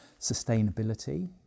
sustainability